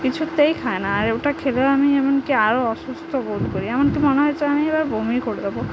কিছুতেই খাই না আর ওটা খেলেও আমি এমনকি আরও অসুস্থ বোধ করি এমনকি মনে হয় যে আমি এবার বমিই করে দেবো